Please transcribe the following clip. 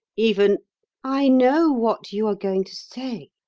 even i know what you are going to say,